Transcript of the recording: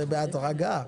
זה בהדרגה.